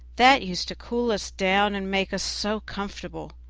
that used to cool us down and make us so comfortable.